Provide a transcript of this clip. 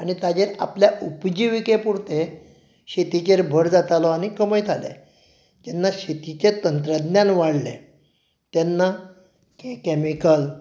आनी ताजेर आपल्या आपजिविके पुरतें शेतीचेर भर जातालो आनी कमयताले जेन्ना शेतीचें तंत्रज्ञान वाडलें तेन्ना कॅमीकल